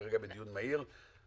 זה כרגע בדיון מהיר.